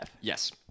Yes